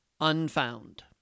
Unfound